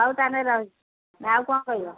ଆଉ ତାହେଲେ ରହିିଲି ଆଉ କ'ଣ କହିବ